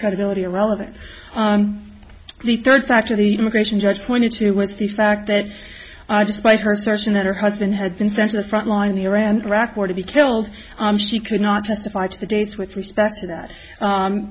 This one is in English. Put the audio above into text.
credibility irrelevant the third factor the immigration judge pointed to was the fact that despite her searching that her husband had been sent to the front line the iran iraq war to be killed she could not testify to the dates with respect to that